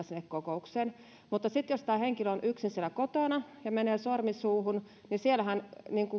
sinne kokoukseen mutta sitten jos tämä henkilö on yksin siellä kotona ja menee sormi suuhun niin siellähän